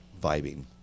vibing